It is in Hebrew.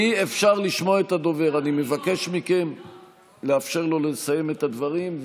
אני מבקש מכן לאפשר לו לסיים את הדברים,